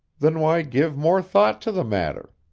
then why give more thought to the matter?